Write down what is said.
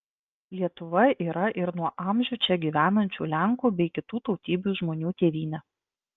lietuva yra ir nuo amžių čia gyvenančių lenkų bei kitų tautybių žmonių tėvynė